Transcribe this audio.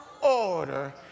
order